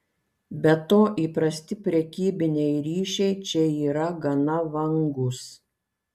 be to įprasti prekybiniai ryšiai čia yra gana vangūs